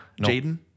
Jaden